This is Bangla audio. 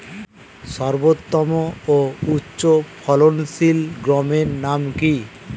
সর্বোত্তম ও উচ্চ ফলনশীল গমের নাম কি?